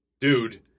dude